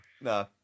No